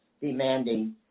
demanding